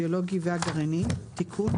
הביולוגי והגרעיני) (תיקון),